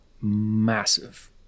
massive